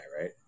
right